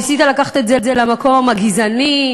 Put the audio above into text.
ניסית לקחת את זה למקום הגזעני,